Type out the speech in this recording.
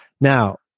now